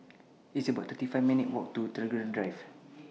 It's about thirty five minutes' Walk to Tagore Drive